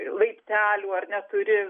laiptelių ar ne turi